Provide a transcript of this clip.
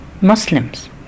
Muslims